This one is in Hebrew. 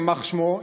יימח שמו,